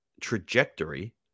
trajectory